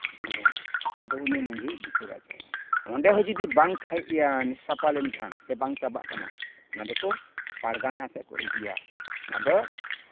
ᱡᱤᱢᱟᱹᱭᱟ ᱟᱫᱚ ᱩᱱᱤ ᱢᱟᱺᱡᱷᱤ ᱵᱤᱪᱟᱹᱨᱟ ᱟᱪᱟᱨᱟᱭ ᱚᱸᱰᱮ ᱦᱚᱸ ᱡᱩᱫᱤ ᱵᱟᱝ ᱯᱷᱟ ᱥᱟᱯᱟ ᱞᱮᱱᱠᱷᱟᱱ ᱵᱟᱝ ᱪᱟᱵᱟᱜ ᱠᱟᱱᱟ ᱚᱱᱟ ᱫᱚᱠᱚ ᱯᱟᱨᱜᱟᱱᱟ ᱥᱮᱫ ᱠᱚ ᱤᱫᱤᱭᱟ ᱚᱱᱟ ᱫᱚ